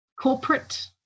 corporate